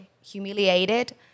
humiliated